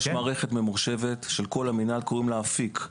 יש מערכת ממוחשבת של כל המינהל, שנקראת אפיק.